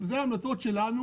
זה המלצות שלנו.